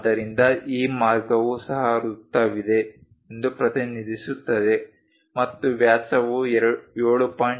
ಆದ್ದರಿಂದ ಈ ಮಾರ್ಗವು ಸಹ ವೃತ್ತವಿದೆ ಎಂದು ಪ್ರತಿನಿಧಿಸುತ್ತದೆ ಮತ್ತು ವ್ಯಾಸವು 7